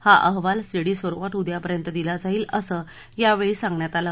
हा अहवाल सीडी स्वरूपात उद्यापर्यंत दिला जाईल असं यावेळी सांगण्यात आलं